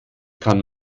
kann